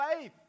faith